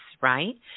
right